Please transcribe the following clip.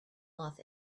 off